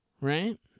right